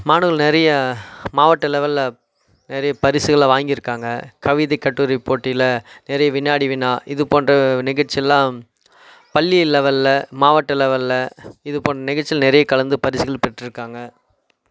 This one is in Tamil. மாணவர்கள் நிறையா மாவட்ட லெவலில் நிறைய பரிசுகளை வாங்கியிருக்காங்க கவிதை கட்டுரை போட்டியில் நிறைய வினாடி வினா இது போன்ற நிகழ்ச்சியெலாம் பள்ளி லெவலில் மாவட்ட லெவலில் இது போன்ற நிகழ்ச்சியில் நிறைய கலந்து பரிசுகள் பெற்றுருக்காங்க